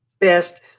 best